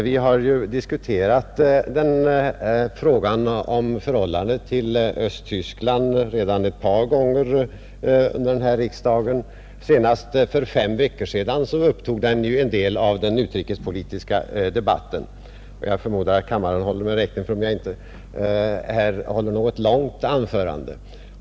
Vi har redan diskuterat förhållandet till Östtyskland ett par gånger under denna riksdag — senast för fem veckor sedan upptog den en del av den utrikespolitiska debatten. Jag förmodar därför att kammaren håller mig räkning för att jag här inte kommer med något långt anförande.